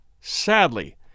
sadly